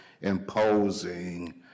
imposing